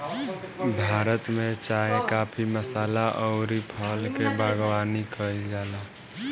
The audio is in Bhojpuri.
भारत में चाय, काफी, मसाला अउरी फल के बागवानी कईल जाला